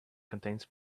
contains